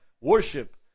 worship